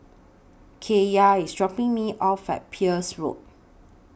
Kaiya IS dropping Me off At Peirce Road